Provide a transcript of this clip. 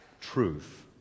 truth